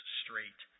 straight